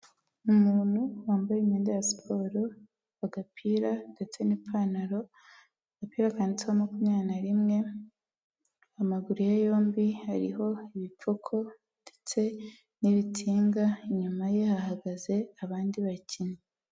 Umuntu wambaye imyenda ya siporo, agapira ndetse n'ipantaro, agapira kanditseho makumyabiri na rimwe, amaguru ye yombi hariho ibipfuko ndetse n'ibitinga, inyuma ye hahagaze abandi bakinnyi.